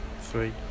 Three